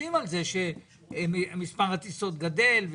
שמחים על זה שמספר הטיסות גדל,